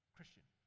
Christian